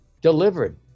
delivered